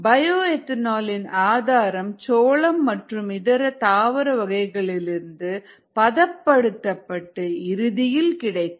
bio ethanol இன் ஆதாரம் சோளம் மற்றும் இதர தாவர வகைகளிலிருந்து பதப்படுத்தப்பட்டு இறுதியில் கிடைக்கும்